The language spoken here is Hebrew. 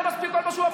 אינו נוכח יוסף שיין,